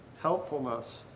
helpfulness